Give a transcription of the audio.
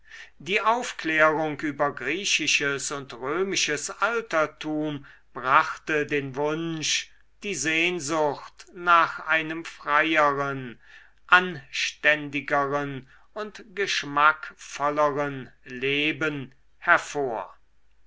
die aufklärung über griechisches und römisches altertum brachte den wunsch die sehnsucht nach einem freieren anständigeren und geschmackvolleren leben hervor